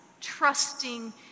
trusting